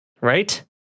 Right